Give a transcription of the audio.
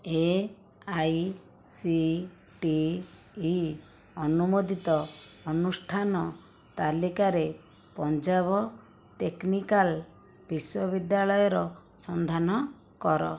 A I C T E ଅନୁମୋଦିତ ଅନୁଷ୍ଠାନ ତାଲିକାରେ ପଞ୍ଜାବ ଟେକ୍ନିକାଲ ବିଶ୍ୱବିଦ୍ୟାଳୟର ସନ୍ଧାନ କର